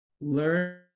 Learn